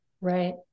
Right